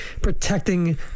protecting